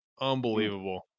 unbelievable